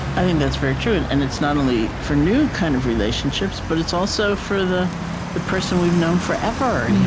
i think that's very true. and and it's not only for new kind of relationships, but it's also for the the person we've known forever.